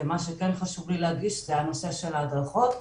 וחשוב לי להדגיש את נושא ההדרכות.